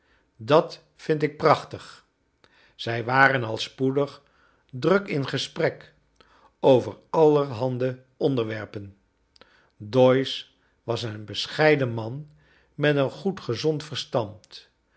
dat vind ik prachtig zij waren al spoedig druk in gesprek over allerhande onderwerpen doyce was een bescheiden man met een goed gezond verstand